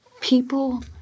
People